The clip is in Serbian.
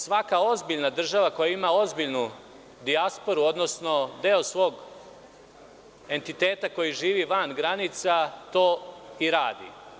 Svaka ozbiljna država koja ima ozbiljnu dijasporu, odnosno deo svog entiteta koji živi van granica to i radi.